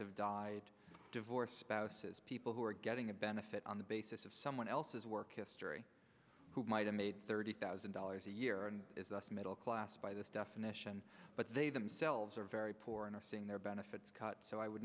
have died divorce spouses people who are getting a benefit on the basis of someone else's work history who might have made thirty thousand dollars a year as us middle class by this definition but they themselves are very poor and are seeing their benefits cut so i would